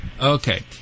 Okay